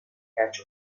catch